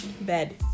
bed